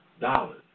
Dollars